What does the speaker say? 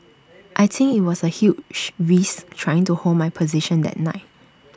I think IT was A huge risk trying to hold my position that night